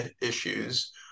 issues